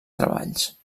treballs